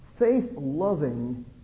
faith-loving